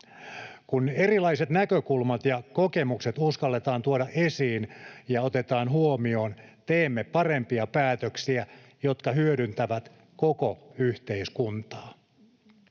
Kun erilaiset näkökulmat ja kokemukset uskalletaan tuoda esiin ja otetaan huomioon, teemme parempia päätöksiä, jotka hyödyttävät koko yhteiskuntaa.